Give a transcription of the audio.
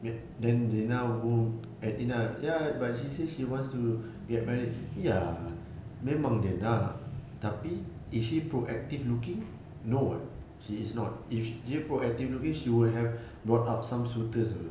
then zina pun add in ah ya but she says she wants to get married ya memang dia nak tapi is she proactive looking no [what] she is not if she proactive looking she would have brought up some suitors uh